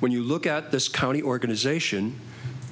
when you look at this county organization